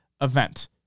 event